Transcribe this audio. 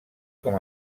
com